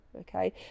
okay